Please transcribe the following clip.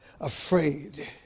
afraid